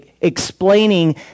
explaining